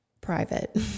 private